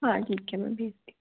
हाँ ठीक है मैं भेजती